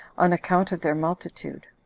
on account of their multitude.